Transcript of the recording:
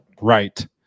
right